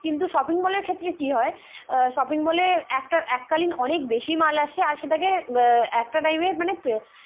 কিন্তু শপিং মলের ক্ষেত্রে কি হয় শপিং মলে একটা এককালীন অনেক বেশি মাল আসছে আর সেটাকে একটা টাইমে মানে